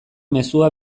mezua